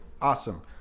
Awesome